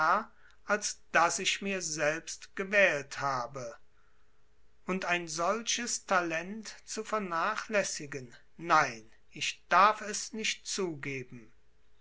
als das ich mir selbst gewählt habe und ein solches talent zu vernachlässigen nein ich darf es nicht zugeben